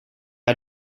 mij